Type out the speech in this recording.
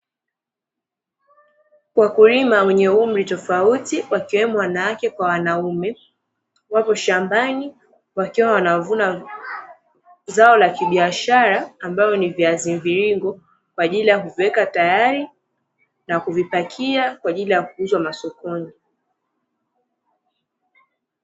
Wakulima wenye umri tofauti wakiwemo wanawake kwa wanaume wapo shambani, wakiwa wanavuna zao la kibiashara, ambalo ni viazi mviringo kwa ajili ya kuviweka tayari na kuvipakia kwa ajili ya kuuzwa masokoni.